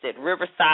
Riverside